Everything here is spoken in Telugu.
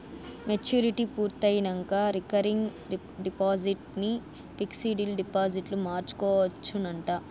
మెచ్యూరిటీ పూర్తయినంక రికరింగ్ డిపాజిట్ ని పిక్సుడు డిపాజిట్గ మార్చుకోవచ్చునంట